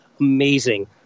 amazing